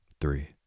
three